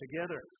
together